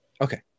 Okay